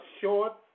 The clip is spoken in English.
short